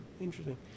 interesting